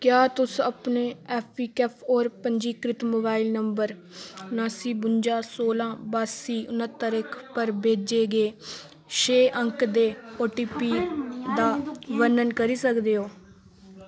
क्या तुस अपने ऐफ ई कैफ ओ पंजीकृत मोबाइल नंबर नासी बुंजा सोलां बासी उनहत्तर इक पर भेजे गे छे अंकें दे ओ टी पी दा वर्णन करी सकदे ओ